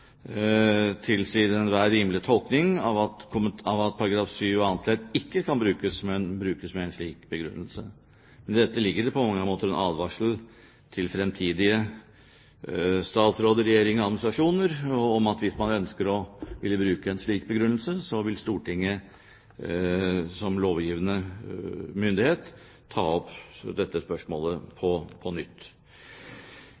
enhver rimelig tolkning at § 7 annet ledd ikke kan brukes med en slik begrunnelse. Men i dette ligger det på mange måter en advarsel til fremtidige statsråder i regjeringer og administrasjoner om at hvis man ønsker å bruke en slik begrunnelse, vil Stortinget som lovgivende myndighet ta opp dette spørsmålet på